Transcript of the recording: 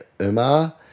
Umar